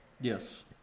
Yes